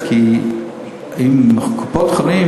כי אם קופות-החולים